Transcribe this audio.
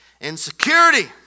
Insecurity